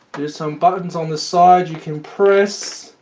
there's some buttons on the sides you can press